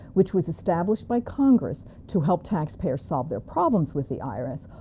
which was established by congress, to help taxpayers solve their problems with the irs,